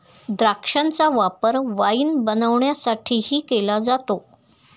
द्राक्षांचा वापर वाईन बनवण्यासाठीही केला जातो